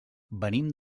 venim